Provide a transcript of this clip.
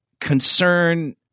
concern